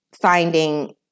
finding